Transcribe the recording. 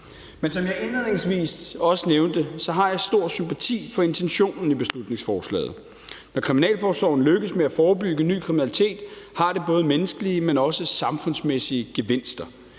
Men som jeg indledningsvis også nævnte, har jeg stor sympati for intentionen i beslutningsforslaget. Når kriminalforsorgen lykkes med at forebygge ny kriminalitet, har det både menneskelige, men også samfundsmæssige gevinster.